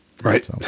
Right